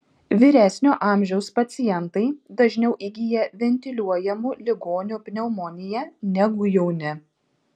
vyresnio amžiaus pacientai dažniau įgyja ventiliuojamų ligonių pneumoniją negu jauni